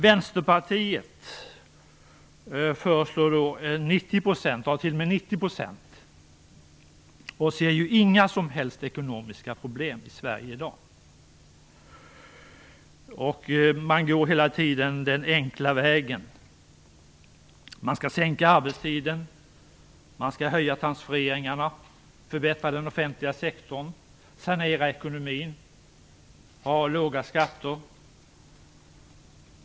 Vänsterpartiet föreslår t.o.m. 90 % och ser inga som helst ekonomiska problem i Sverige i dag. Man går hela tiden den enkla vägen. Man skall sänka arbetstiden, höja transfereringarna, förbättra den offentliga sektorn, sanera ekonomin och ha låga skatter.